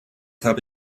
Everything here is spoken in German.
habe